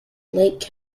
lake